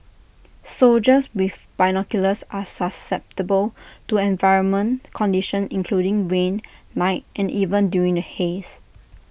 soldiers with binoculars are susceptible to environment conditions including rain night and even during the haze